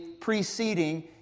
preceding